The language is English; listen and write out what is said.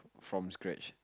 from scratch